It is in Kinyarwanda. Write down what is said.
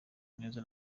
neza